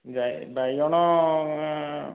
ବାଇଗଣ